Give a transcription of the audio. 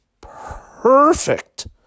perfect